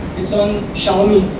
it's on xiaomi